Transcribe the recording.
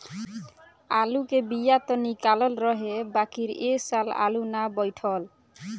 आलू के बिया त निकलल रहे बाकिर ए साल आलू ना बइठल